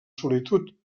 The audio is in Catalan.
solitud